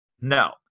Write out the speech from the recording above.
No